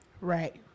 Right